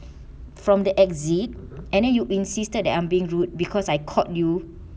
from the exit and then you insisted that I'm being rude because I caught you